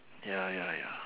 ya ya ya